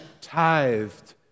tithed